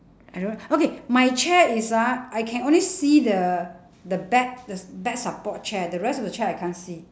I do~ okay my chair is ah I can only see the the back the s~ back support chair the rest of the chair I can't see